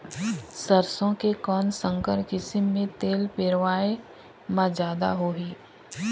सरसो के कौन संकर किसम मे तेल पेरावाय म जादा होही?